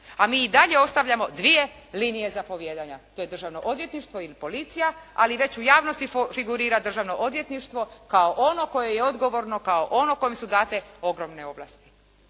a mi i dalje ostavljamo dvije linije zapovijedanja. To je Državno odvjetništvo ili policija, ali već u javnosti figurira Državno odvjetništvo kao ono koje je odgovorno, kao ono kojem su date ogromne ovlasti